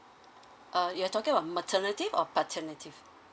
uh you're talking about maternity or paternity